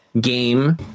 game